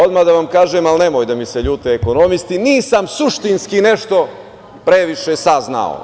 Odmah da vam kažem, nemoj da mi se ljute ekonomisti, nisam suštinski nešto previše saznao.